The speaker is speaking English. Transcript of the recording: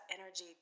energy